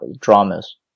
dramas